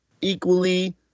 equally